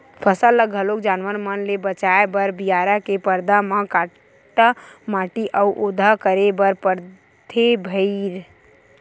फसल ल घलोक जानवर मन ले बचाए बर बियारा के परदा म काटा माटी अउ ओधा करे बर परथे भइर